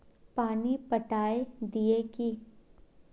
पानी पटाय दिये की?